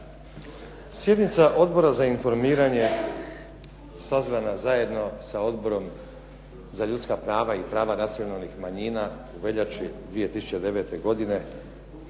Sjednica Odbora za informiranje sazvana zajedno sa Odborom za ljudska prava i prava nacionalnih manjina u veljači 2009. godine